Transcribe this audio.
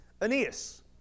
Aeneas